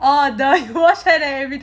oh the wash hair